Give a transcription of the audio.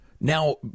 Now